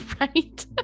right